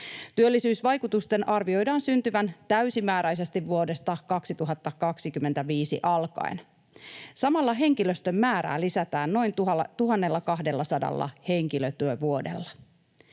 Työllisyysvaikutusten arvioidaan syntyvän täysimääräisesti vuodesta 2025 alkaen. Samalla henkilöstön määrää lisätään noin 1 200 henkilötyövuodella.